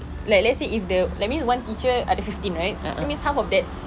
like let's say if the that means one teacher ada fifteen right then means half of that